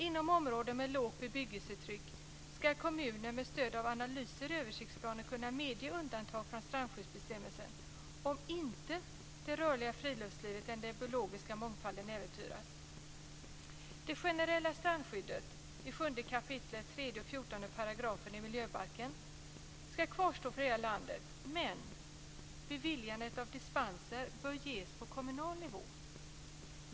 Inom områden med lågt bebyggelsetryck ska kommuner med stöd av analyser i översiktsplanen kunna medge undantag från strandskyddsbestämmelsen om inte det rörliga friluftslivet eller den biologiska mångfalden äventyras. 14 § miljöbalken ska kvarstå för hela landet, men beviljandet av dispenser bör ges på kommunal nivå.